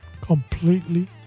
Completely